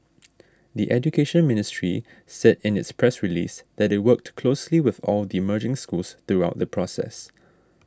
the Education Ministry said in its press release that it worked closely with all the merging schools throughout the process